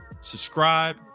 subscribe